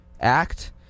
act